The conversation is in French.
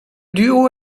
duo